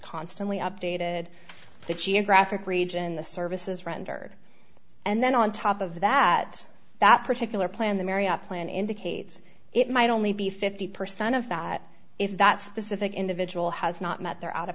constantly updated that she a graphic region the services rendered and then on top of that that particular plan the marry up plan indicates it might only be fifty percent of that if that specific individual has not met their out of